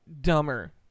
dumber